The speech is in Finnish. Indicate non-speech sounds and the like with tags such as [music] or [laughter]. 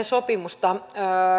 [unintelligible] sopimusta